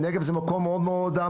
הנגב זה מקום מאוד מסובך,